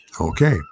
Okay